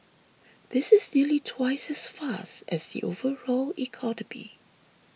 this is nearly twice as fast as the overall economy